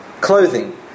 clothing